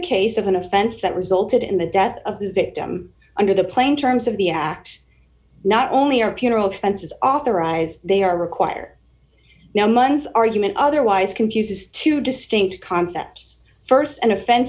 case of an offense that resulted in the death of the victim under the plain terms of the act not only are puro offenses authorized they are required now months argument otherwise confuses two distinct concepts st an offen